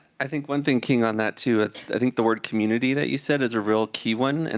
i think one thing, keying on that, too i think the word community that you said is a real key one, and